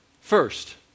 First